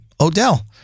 Odell